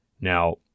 now